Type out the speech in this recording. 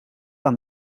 aan